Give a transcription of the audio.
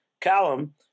Callum